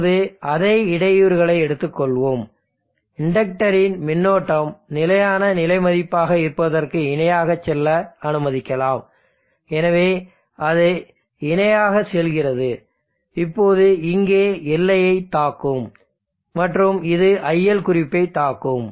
இப்போது அதே இடையூறுகளை எடுத்துக்கொள்ளலாம் இண்டக்டரின் மின்னோட்டம் நிலையான நிலை மதிப்பாக இருப்பதற்கு இணையாக செல்ல அனுமதிக்கலாம் எனவே அது இணையாக செல்கிறது இப்போது இங்கே எல்லையைத் தாக்கும் மற்றும் இது iL குறிப்பை தாக்கும்